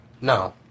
No